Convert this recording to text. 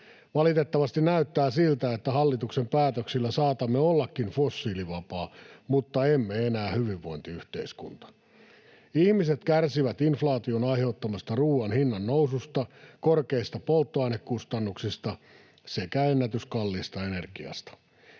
Valitettavasti näyttää siltä, että hallituksen päätöksillä saatamme ollakin fossiilivapaa mutta emme enää hyvinvointiyhteiskunta. Ihmiset kärsivät inflaation aiheuttamasta ruoan hinnan noususta, korkeista polttoainekustannuksista sekä ennätyskalliista energiasta.